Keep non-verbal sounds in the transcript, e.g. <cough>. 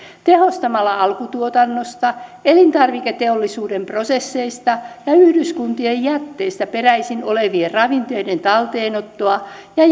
tehostamalla alkutuotannosta elintarviketeollisuuden prosesseista ja yhdyskuntien jätteistä peräisin olevien ravinteiden talteenottoa ja <unintelligible>